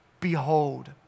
Behold